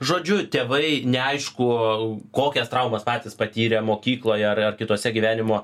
žodžiu tėvai neaišku kokias traumas patys patyrę mokykloje ar ar kituose gyvenimo